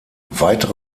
weitere